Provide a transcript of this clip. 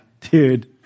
dude